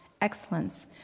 excellence